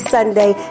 Sunday